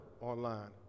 online